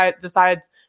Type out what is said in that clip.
decides